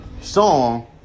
song